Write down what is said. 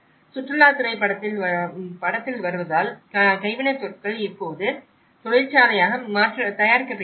சுற்றுலாத் துறை படத்தில் வருவதால் கைவினைப்பொருட்கள் இப்போது தொழிற்சாலையாக தயாரிக்கப்படுகின்றன